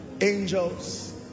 angels